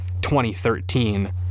2013